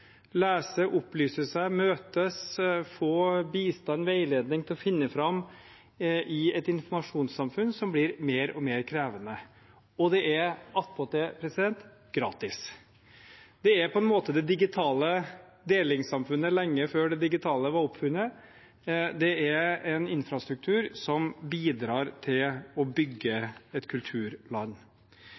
lese, opplyse seg, møtes, få bistand og veiledning til å finne fram i et informasjonssamfunn som blir mer og mer krevende. Og det er attpåtil gratis. Det var på en måte det digitale delingssamfunnet lenge før det digitale var oppfunnet. Det er en infrastruktur som bidrar til å bygge et kulturland.